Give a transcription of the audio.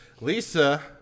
Lisa